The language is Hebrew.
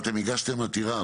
אתם הגשתם עתירה,